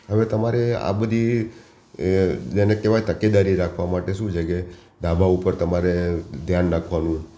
હવે તમારે આ બધી એ જેને કહેવાય તકેદારી રાખવા માટે શું છે કે ધાબા ઉપર તમારે ધ્યાન રાખવાનું